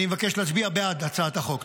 אני מבקש להצביע בעד הצעת החוק.